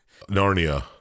Narnia